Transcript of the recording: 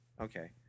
Okay